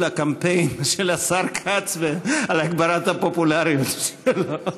הקמפיין של השר כץ ולהגברת הפופולריות שלו.